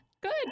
Good